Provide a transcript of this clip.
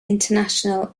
international